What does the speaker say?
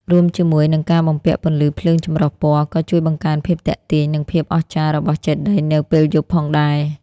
រួមជាមួយនឹង ការបំពាក់ពន្លឺភ្លើងចម្រុះពណ៌ ក៏ជួយបង្កើនភាពទាក់ទាញ និងភាពអស្ចារ្យរបស់ចេតិយនៅពេលយប់ផងដែរ។